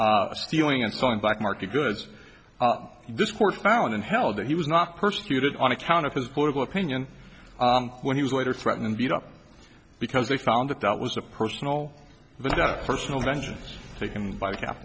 and stealing and selling black market goods in this court found in hell that he was not persecuted on account of his political opinion when he was later threatened and beat up because they found that that was a personal vendetta personal vengeance taken by